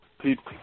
people